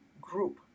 group